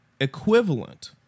equivalent